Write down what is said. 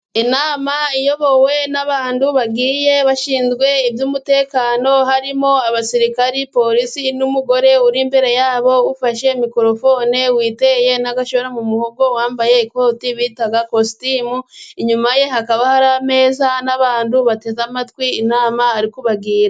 Inama iyobowe n'abantu bagiye abashinzwe iby'umutekano, harimo abasirikare, polisi n'umugore uri imbere yabo ufashe mikorofone yiteye n'agashora mu muhogo, yambaye ikoti bita kositimu. Inyuma ye hakaba hari ameza n'abantu bateze amatwi inama ari kubagira.